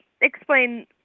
explain